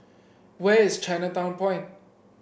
where is Chinatown Point